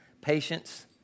patience